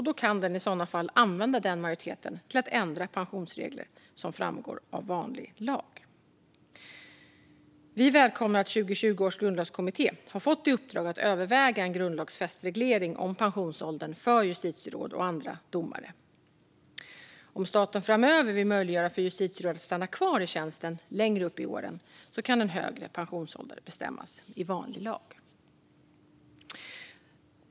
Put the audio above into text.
Då kan den i så fall använda denna majoritet till att ändra pensionsregler som framgår av vanlig lag. Vi välkomnar att 2020 års grundlagskommitté har fått i uppdrag att överväga en grundlagsfäst reglering om pensionsåldern för justitieråd och andra domare. Om staten framöver vill möjliggöra för justitieråd att stanna kvar i tjänsten längre upp i åren kan en högre pensionsålder bestämmas i vanlig lag.